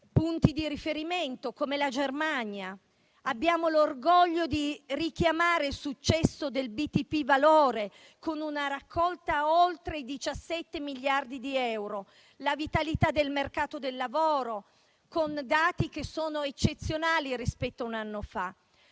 punti di riferimento come la Germania. Abbiamo l'orgoglio di richiamare il successo del BTP Valore, con una raccolta di oltre 17 miliardi di euro, e la vitalità del mercato del lavoro, con dati che sono eccezionali rispetto a un anno fa.